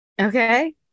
Okay